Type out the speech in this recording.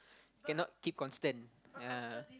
cannot keep constant yea